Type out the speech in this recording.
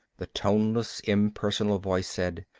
the toneless, impersonal voice said.